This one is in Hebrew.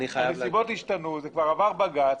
הנסיבות השתנו, זה כבר עבר בג"ץ.